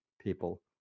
people